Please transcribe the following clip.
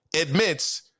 admits